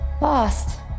Lost